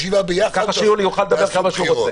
כך יולי יוכל לדבר כמה שהוא רוצה.